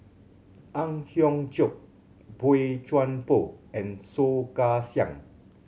Ang Hiong Chiok Boey Chuan Poh and Soh Kay Siang